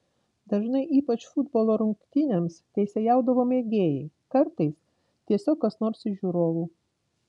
dažnai ypač futbolo rungtynėms teisėjaudavo mėgėjai kartais tiesiog kas nors iš žiūrovų